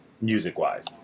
music-wise